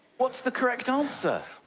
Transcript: what's the correct answer?